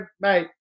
mate